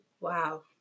wow